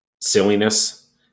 silliness